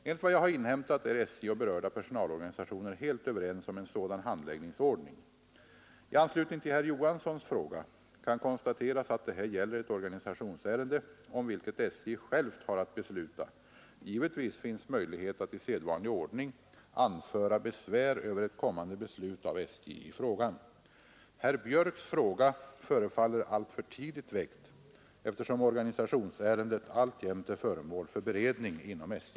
Enligt vad jag har inhämtat är SJ och berörda personalorganisationer helt överens om en sådan handläggningsordning. I anslutning till herr Johanssons i Skärstad fråga kan konstateras att det här gäller ett organisationsärende om vilket SJ självt har att besluta. Givetvis finns möjlighet att i sedvanlig ordning anföra besvär över ett kommande beslut av SJ i frågan. : Herr Björcks i Nässjö fråga förefaller alltför tidigt väckt, eftersom organisationsärendet alltjämt är föremål för beredning inom SJ.